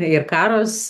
ir karas